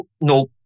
no